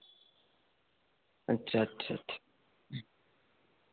ᱟᱪᱪᱷᱟ ᱟᱪᱪᱷᱟ ᱴᱷᱤᱠ